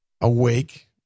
awake